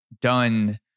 done